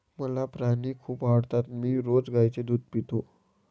मला प्राणी खूप आवडतात मी रोज गाईचे दूध पितो